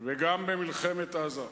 וגם במלחמת עזה.